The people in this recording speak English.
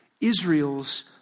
Israel's